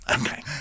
Okay